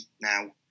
now